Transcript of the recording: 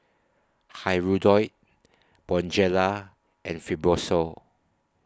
Hirudoid Bonjela and Fibrosol